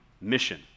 mission